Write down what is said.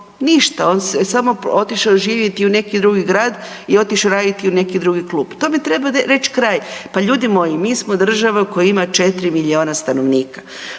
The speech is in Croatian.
ništa. On je samo otišao živjeti u neki drugi grad i otišao raditi u neki drugi klub. Tome treba reći kraj. Pa ljudi moji mi smo država koja ima 4 milijuna stanovnika,